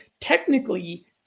Technically